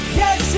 yes